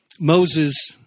Moses